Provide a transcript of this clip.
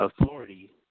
authority